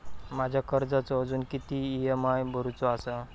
माझ्या कर्जाचो अजून किती ई.एम.आय भरूचो असा?